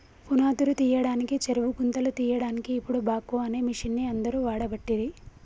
పునాదురు తీయడానికి చెరువు గుంతలు తీయడాన్కి ఇపుడు బాక్వో అనే మిషిన్ని అందరు వాడబట్టిరి